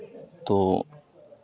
तो